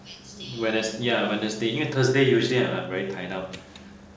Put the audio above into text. wednes~ ya wednesday 因为 thursday usually I'm very tied down